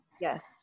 Yes